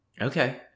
Okay